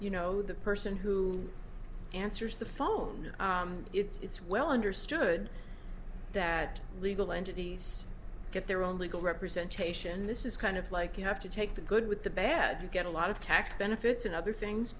you know the person who answers the phone it's well understood that legal entities get their own legal representation this is kind of like you have to take the good with the bad you get a lot of tax benefits and other things